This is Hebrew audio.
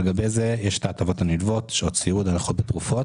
על גבי זה יש את ההטבות הנלוות: שעות סיעוד והנחות בתרופות